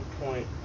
point